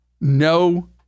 no